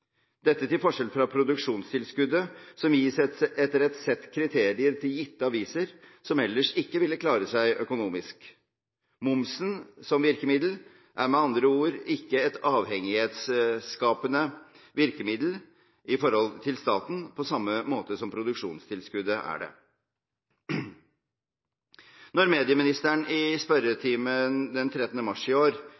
dette til forskjell fra produksjonstilskuddet, som gis etter et sett kriterier til gitte aviser som ellers ikke ville klare seg økonomisk. Momsen som virkemiddel er med andre ord ikke et avhengighetsskapende virkemiddel i forhold til staten på samme måte som produksjonstilskuddet er det. Da medieministeren i